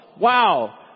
Wow